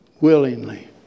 Willingly